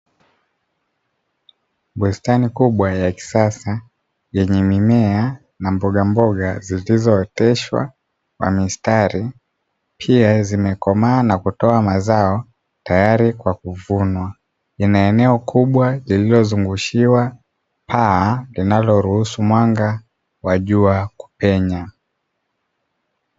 Bustani kubwa ya kisasa yenye mimea na mbogamboga zilizooteshwa na mistari, pia zimekomaa na kutoa mazao tayari kwa kuvunwa ina eneo kubwa lililozungushiwa paa linaloruhusu mwanga wa jua kupenya.